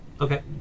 Okay